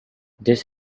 this